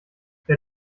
der